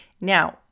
Now